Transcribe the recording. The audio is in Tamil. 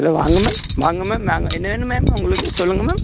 ஹலோ வாங்க மேம் வாங்க மேம் வாங்க என்ன வேணும் மேம் உங்களுக்கு சொல்லுங்கள் மேம்